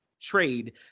trade